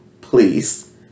Please